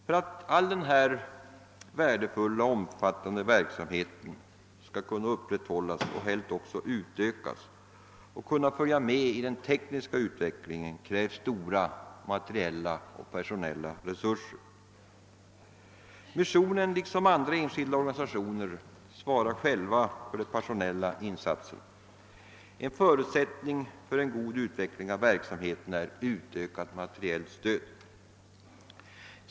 För att all denna värdefulla och omfattande verksamhet skall kunna upprätthållas och helst också utökas och följa med i den tekniska utvecklingen krävs stora materiella och personella resurser. Liksom andra enskilda organisationer svarar missionen själv för de personella insatserna. En förutsättning för en god utveckling av verksamheten är emellertid utökat materiellt stöd.